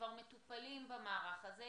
שכבר מטופלים במערך הזה,